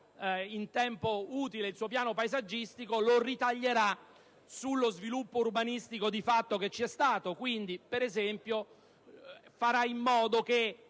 in tempo utile - il suo piano paesaggistico, lo ritaglierà sullo sviluppo urbanistico di fatto che c'è stato, quindi per esempio farà in modo che